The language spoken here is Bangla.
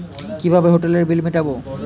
কিভাবে হোটেলের বিল মিটাব?